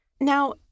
Now